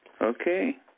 Okay